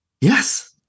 Yes